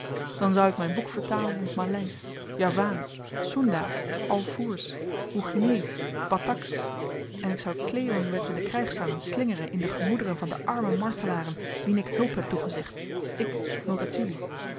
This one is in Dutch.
dan zou ik myn boek vertalen in t maleisch javaansch soendasch al foersch boegineesch battaksch en ik zou klewang wettende krygszangen slingeren in de gemoederen van de arme martelaren wien ik hulp heb toegezegd ik